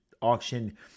Auction